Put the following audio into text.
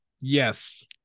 Yes